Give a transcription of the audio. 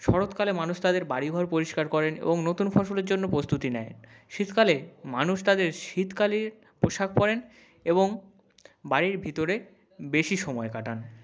শরৎকালে মানুষ তাদের বাড়ি ঘর পরিষ্কার করেন এবং নতুন ফসলের জন্য প্রস্তুতি নেয় শীতকালে মানুষ তাদের শীতকালীন পোশাক পরেন এবং বাড়ির ভিতরে বেশি সময় কাটান